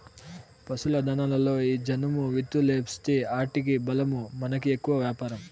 పశుల దాణాలలో ఈ జనుము విత్తూలేస్తీ ఆటికి బలమూ మనకి ఎక్కువ వ్యాపారం